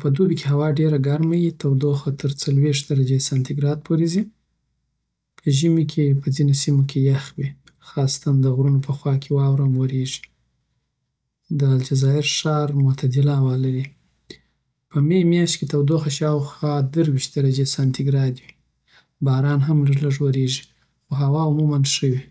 په دوبی کې، هوا ډېره ګرمه وي، تودوخه تر څلوېښت درجې سانتي ګراد پورته ځی په ژمی کې، په ځینو سیمو کې یخ وي، خاصتاً د غرونو په خوا کې واوره هم وریږي. د الجزیر ښار، معتدله هوا لري. په می میاشت کې تودوخه شاوخوا درویشت درجې سانتي ګراد وي. باران هم لږ لږ وریږي، خو هوا عمومًا ښه وي.